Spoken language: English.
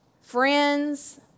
friends